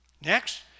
Next